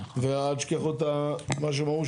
ואל תשכחו את מה שהם אמרו,